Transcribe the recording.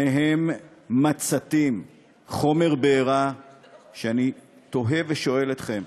שניהם מציתים חומר בעירה שאני תוהה ושואל אתכם: